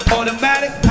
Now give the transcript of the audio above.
Automatic